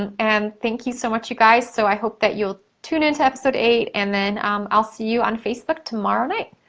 and and thank you so much, you guys. so, i hope that you'll tune in to episode eight, and then i'll see you on facebook tomorrow night.